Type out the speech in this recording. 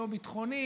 לא ביטחונית,